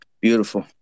Beautiful